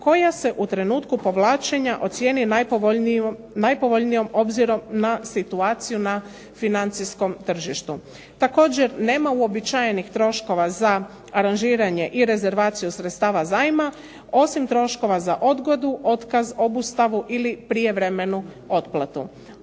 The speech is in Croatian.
koja se u trenutku povlačenja ocijeni najpovoljnijom obzirom na situaciju na financijskom tržištu. Također nema uobičajenih troškova za aranžiranje i rezervaciju sredstava zajma, osim troškova za odgodu, otkaz, obustavu ili prijevremenu otplatu.